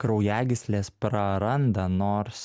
kraujagyslės praranda nors